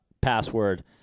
password